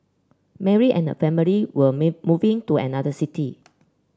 Mary and her family will may moving to another city